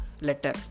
letter